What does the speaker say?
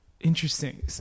Interesting